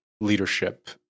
leadership